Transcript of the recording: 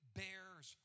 bears